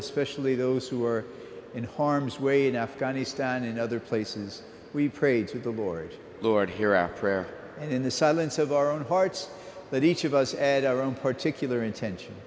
especially those who are in harm's way in afghanistan and other places we prayed to the lord lord here after prayer and in the silence of our own hearts that each of us add our own particular intention